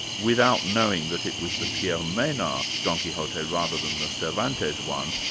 without knowing that it was the pierre menard don quixote, rather than the cervantes one,